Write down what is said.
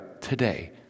today